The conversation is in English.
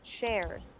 shares